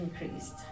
increased